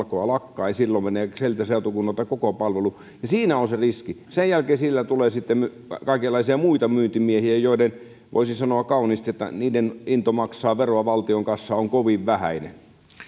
alkoa lakkaa ja silloin menee siltä seutukunnalta koko palvelu ja siinä on se riski sen jälkeen siellä tulee sitten kaikenlaisia muita myyntimiehiä joiden voisi sanoa kauniisti into maksaa veroa valtion kassaan on kovin vähäinen